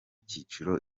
cyiciro